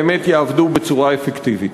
באמת יעבדו בצורה אפקטיבית.